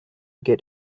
get